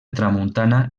tramuntana